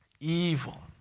Evil